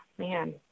Man